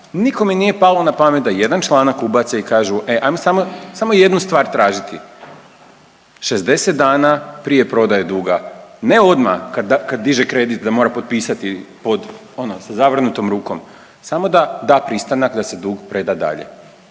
nikome nije palo na pamet da jedan članak ubace i kažu, e ajmo samo, samo jednu stvar tražiti, 60 dana prije prodaje duga, ne odmah kad diže kredit da mora potpisati pod ono, sa zavrnutom rukom, samo da da pristanak da se dug preda dalje.